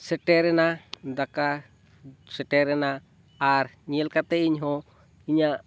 ᱥᱮᱴᱮᱨ ᱮᱱᱟ ᱫᱟᱠᱟ ᱥᱮᱴᱮᱨ ᱮᱱᱟ ᱟᱨ ᱧᱮᱞ ᱠᱟᱛᱮ ᱤᱧ ᱦᱚᱸ ᱤᱧᱟᱹᱜ